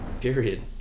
period